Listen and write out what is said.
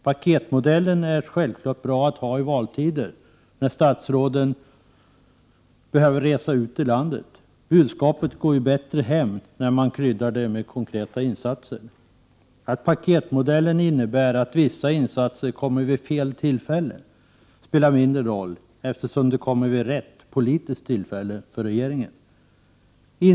Paketmodellen är självfallet bra att ha i valtider, när statsråden behöver resa ut i landet. Budskapet går ju bättre hem när man kryddar det med konkreta insatser. Att paketmodellen innebär att vissa insatser kommer vid fel tillfälle spelar mindre roll, eftersom de kommer vid rätt politiskt tillfälle för regeringen.